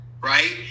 right